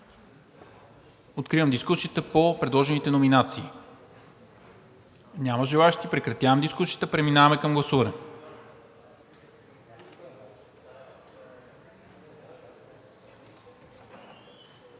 Откривам дискусията по представения проект. Няма желаещи. Прекратявам дискусията. Преминаваме към гласуване.